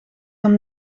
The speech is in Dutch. van